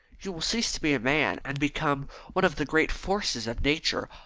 you will cease to be a man, and become one of the great forces of nature,